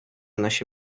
наші